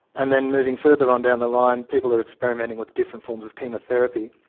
and then moving further on down the line, people are experimenting with different forms of chemotherapy.